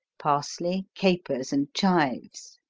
parsley, capers and chives.